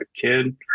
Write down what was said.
kid